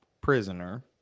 prisoner